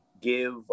give